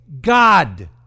God